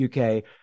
UK